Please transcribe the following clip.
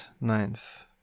ninth